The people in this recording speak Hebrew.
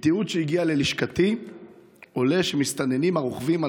מתיעוד שהגיע ללשכתי עולה שמסתננים הרוכבים על